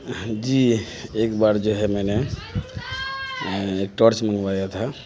جی ایک بار جو ہے میں نے ایک ٹارچ منگوایا تھا